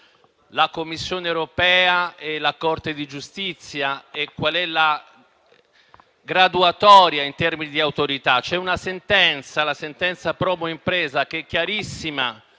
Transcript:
la Commissione europea e la Corte di giustizia europea, e qual è la gerarchia in termini di autorità. C'è una sentenza, la Promoimpresa, che è chiarissima